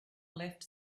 left